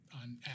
on